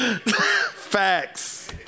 Facts